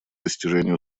достижения